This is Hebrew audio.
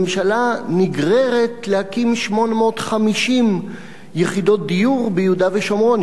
הממשלה נגררת להקים 850 יחידות דיור ביהודה ושומרון.